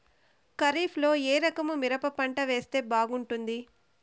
ఖరీఫ్ లో ఏ రకము మిరప పంట వేస్తే బాగుంటుంది